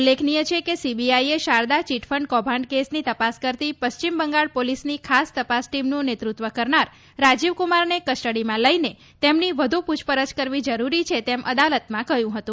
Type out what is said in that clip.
ઉલ્લેખનીય છે કે સીબીઆઈએ શારદા ચીટફંડ કૌભાંડ કેસની તપાસ કરતી પશ્ચિમ બંગાળ પોલીસની ખાસ તપાસ ટીમનું નેત્રત્વ કરનાર રાજીવ્કમારને કસ્ટડીમાં લઈને તેમની વધુ પૂછપરછ કરવી જરૂરી છે તેમ અદાલતમાં કહ્યું હતું